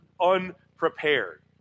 unprepared